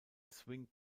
swing